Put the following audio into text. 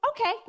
Okay